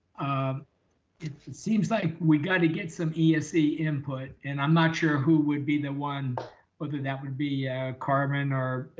um it it seems like we got to get some ese input, and i'm not sure who would be the one other that would be a carbon or.